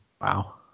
Wow